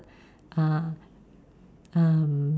uh um